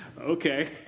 Okay